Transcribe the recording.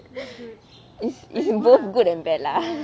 it's it's good and bad lah